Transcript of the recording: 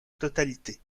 totalité